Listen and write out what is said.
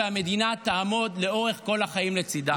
והמדינה תעמוד לאורך כל החיים לצידם.